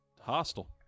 hostile